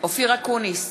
אופיר אקוניס,